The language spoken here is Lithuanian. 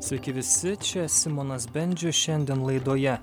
sveiki visi čia simonas bendžius šiandien laidoje